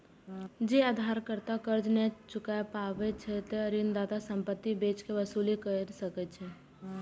जौं उधारकर्ता कर्ज नै चुकाय पाबै छै, ते ऋणदाता संपत्ति बेच कें वसूली कैर सकै छै